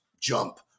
jump